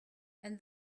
and